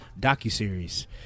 docuseries